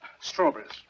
Strawberries